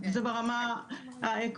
זה ברמה העקרונית.